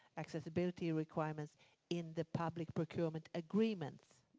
accessibility requirements in the public procurement agreement.